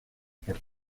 por